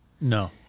No